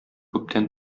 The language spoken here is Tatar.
күптән